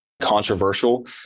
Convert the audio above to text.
controversial